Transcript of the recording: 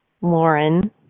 Lauren